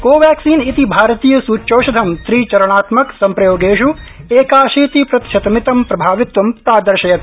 कोवैक्सीन् इति भारतीय सूच्यौषधं त्रिचरणात्मक सम्प्रयोगेष् एकाशीति प्रतिशतमितं प्रभावित्वं प्रादर्शयत्